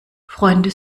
freunde